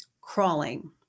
crawling